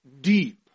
deep